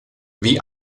wie